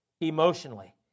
emotionally